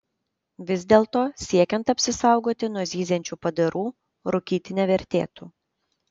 vis dėlto siekiant apsisaugoti nuo zyziančių padarų rūkyti nevertėtų